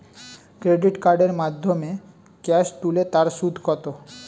Credit কার্ডের মাধ্যমে cash তুলে তার সুদ কত?